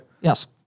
Yes